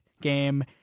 game